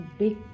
big